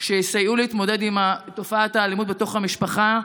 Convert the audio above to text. שיסייעו להתמודד עם תופעת האלימות בתוך המשפחה,